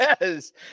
yes